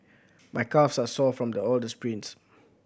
my calves are sore from the all the sprints